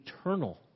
eternal